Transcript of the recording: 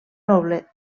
noble